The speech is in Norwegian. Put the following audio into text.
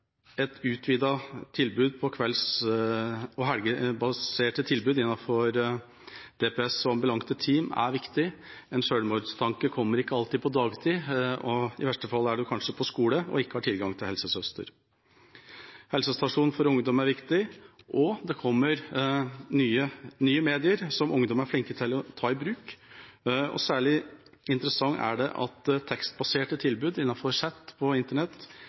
Et utvidet tilbud på kvelds- og helgebasis innenfor DPS og ambulante team er viktig. En selvmordstanke kommer ikke alltid på dagtid, og i verste fall er man kanskje på skole uten tilgang til helsesøster. Helsestasjon for ungdom er viktig, og det kommer nye medier som ungdom er flinke til å ta i bruk. Særlig interessant er det at tekstbaserte tilbud innenfor chat og Internett